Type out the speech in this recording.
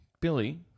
Billy